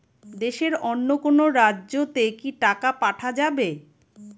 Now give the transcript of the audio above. দেশের অন্য কোনো রাজ্য তে কি টাকা পাঠা যাবে?